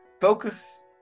focus